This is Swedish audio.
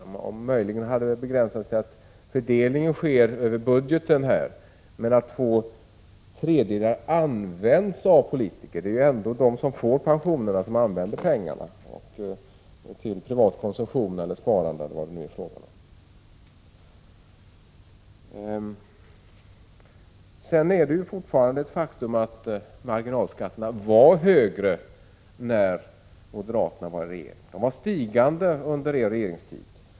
Om han möjligen hade begränsat sig till att fördelningen sker över budgeten, men han sade att två tredjedelar används av politiker! Det är ändå de som får pensionerna som använder pengarna; till privat konsumtion eller sparande eller vad det nu är fråga om. Det är fortfarande ett faktum att marginalskatterna var högre när moderaterna regerade. De var stigande under er regeringstid.